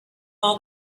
all